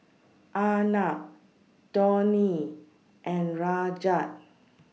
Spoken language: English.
Arnab Dhoni and Rajat